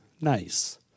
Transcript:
nice